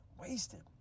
Wasted